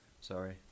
sorry